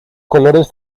colores